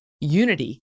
unity